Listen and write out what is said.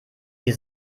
sie